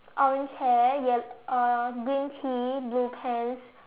orange hair yel~ uh green Tee blue pants